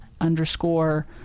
underscore